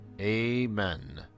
Amen